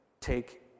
take